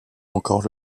encore